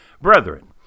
Brethren